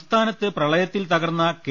സംസ്ഥാനത്ത് പ്രളയത്തിൽ തകർന്ന കെ